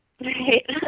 Right